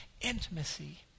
Intimacy